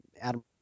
Adam